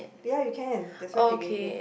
ya you can that's why she gave you